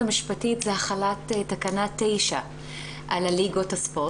המשפטית זה החלת תקנה 9 על ליגות הספורט.